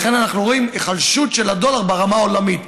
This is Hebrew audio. לכן, אנחנו רואים היחלשות של הדולר ברמה העולמית.